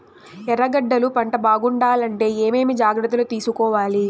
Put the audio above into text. ఎర్రగడ్డలు పంట బాగుండాలంటే ఏమేమి జాగ్రత్తలు తీసుకొవాలి?